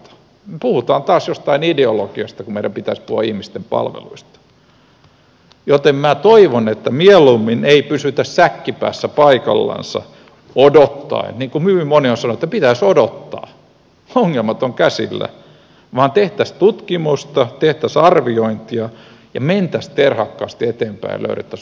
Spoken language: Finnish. puhutaan taas jostain ideologiasta kun meidän pitäisi puhua ihmisten palveluista joten minä toivon että mieluummin ei pysytä säkki päässä paikallansa odottaen niin kuin hyvin moni on sanonut että pitäisi odottaa ongelmat ovat käsillä vaan tehtäisiin tutkimusta tehtäisiin arviointia ja mentäisiin terhakkaasti eteenpäin ja löydettäisiin uusia ratkaisuja